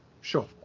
Sure